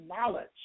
knowledge